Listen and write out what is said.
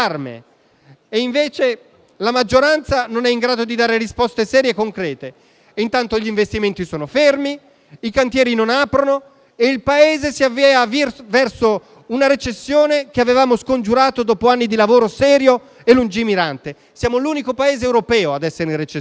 E invece la maggioranza non è in grado di dare risposte serie e concrete. Intanto gli investimenti sono fermi, i cantieri non aprono e il Paese si avvia verso una recessione che avevamo scongiurato dopo anni di lavoro serio e lungimirante. Siamo l'unico Paese europeo ad essere in recessione.